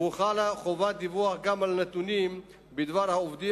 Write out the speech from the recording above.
וחלה חובת דיווח גם על נתונים בדבר העובדים